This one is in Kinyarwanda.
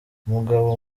mugabo